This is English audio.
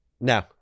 No